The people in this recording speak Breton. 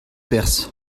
perzh